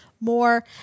more